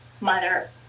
mother